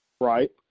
right